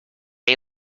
day